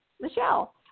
Michelle